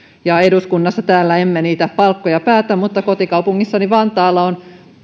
täällä eduskunnassa emme niitä palkkoja päätä mutta kotikaupungissani vantaalla on